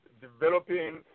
developing